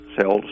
cells